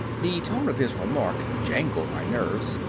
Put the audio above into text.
the tone of his remark jangled my nerves,